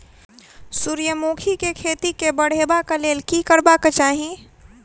सूर्यमुखी केँ खेती केँ बढ़ेबाक लेल की करबाक चाहि?